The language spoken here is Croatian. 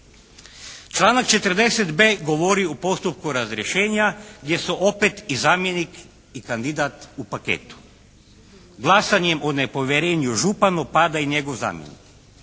Članak 40.b govori u postupku razrješenja gdje su opet i zamjenik i kandidat u paketu. Glasanjem o nepovjerenju županu pada i njegov zamjenik,